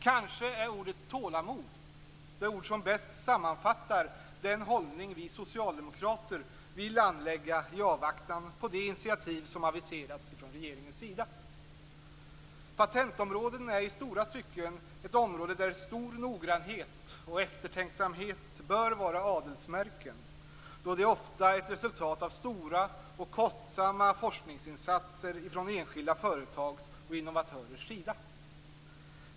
Kanske är ordet tålamod det ord som bäst sammanfattar den hållning vi socialdemokrater vill anlägga i avvaktan på de initiativ som aviserats från regeringens sida. Patenträttsområdet är i stora stycken ett område där stor noggrannhet och eftertänksamhet bör vara adelsmärken då detta ofta är ett resultat av stora och kostsamma forskningsinsatser från enskilda företags och innovatörers sida.